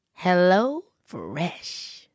HelloFresh